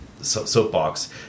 soapbox